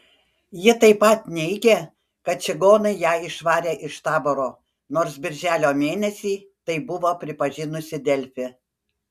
ji taip pat neigė kad čigonai ją išvarė iš taboro nors birželio mėnesį tai buvo pripažinusi delfi